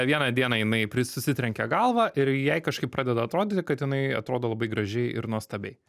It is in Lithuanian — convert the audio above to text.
vieną dieną jinai pri susitrenkia galvą ir jai kažkaip pradeda atrodyti kad jinai atrodo labai gražiai ir nuostabiai